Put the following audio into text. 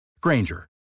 Granger